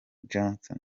johnson